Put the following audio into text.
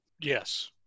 Yes